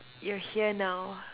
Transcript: you're here now